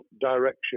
direction